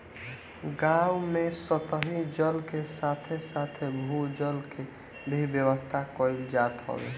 गांव में सतही जल के साथे साथे भू जल के भी व्यवस्था कईल जात हवे